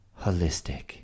holistic